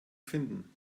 finden